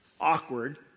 awkward